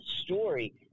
story